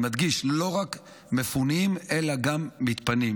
אני מדגיש: לא רק מפונים אלא גם מתפנים,